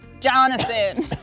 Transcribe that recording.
Jonathan